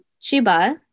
Chiba